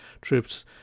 troops